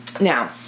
now